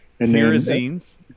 Pyrazines